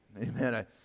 amen